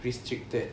restricted